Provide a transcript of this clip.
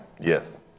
Yes